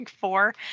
four